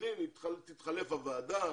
תתחלף הוועדה,